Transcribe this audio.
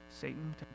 Satan